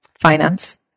finance